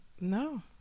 No